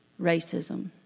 racism